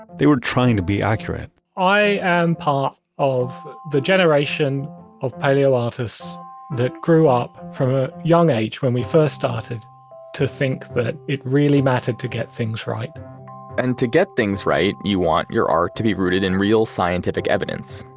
they were trying to be accurate i am part of the generation of paleoartists that grew up from a young age, when we first started to think that it really mattered to get things right and to get things right, you want your art to be rooted in real scientific evidence,